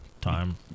Time